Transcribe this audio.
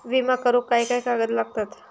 विमा करुक काय काय कागद लागतत?